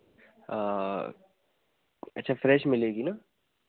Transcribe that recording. अच्छा फ्रेश मिलेगी ना